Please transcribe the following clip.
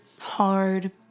hard